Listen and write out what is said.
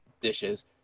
dishes